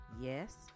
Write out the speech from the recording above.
yes